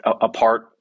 apart